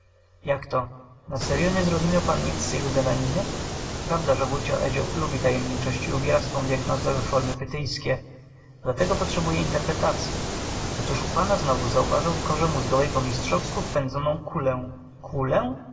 niecierpliwości jakto na seryo nie zrozumiał pan nic z jego gadaniny prawda że wujcio edzio lubi tajemniczość i ubiera swą dyagnozę we formy pytyjskie dlatego potrzebuje interpretacyi otóż u pana znowu zauważył w korze mózgowej po mistrzowsku wpędzoną kulę